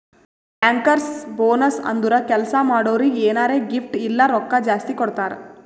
bankers bonus ಅಂದುರ್ ಕೆಲ್ಸಾ ಮಾಡೋರಿಗ್ ಎನಾರೇ ಗಿಫ್ಟ್ ಇಲ್ಲ ರೊಕ್ಕಾ ಜಾಸ್ತಿ ಕೊಡ್ತಾರ್